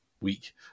week